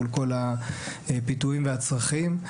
מול כל הפיתויים והצרכים,